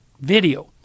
video